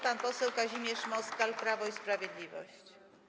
Pan poseł Kazimierz Moskal, Prawo i Sprawiedliwość.